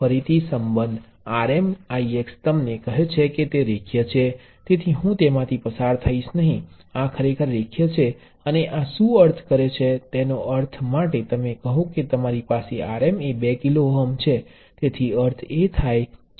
અને આ સંબંધમાંથી ફરીથી તે સ્પષ્ટ છે કે આ રેખીય છે અને તેનો અર્થ એ છે કે તમે પ્રવાહ સ્ત્રોત દ્વારા પ્ર્વાહ નિયંત્રિત પ્રવાહ સ્ત્રોત ચલાવો છો